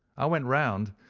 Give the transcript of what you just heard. i went round,